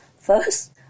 First